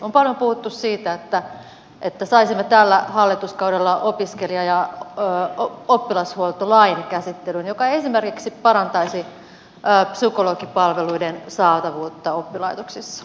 on paljon puhuttu siitä että saisimme tällä hallituskaudella käsittelyyn opiskelija ja oppilashuoltolain joka esimerkiksi parantaisi psykologipalveluiden saatavuutta oppilaitoksissa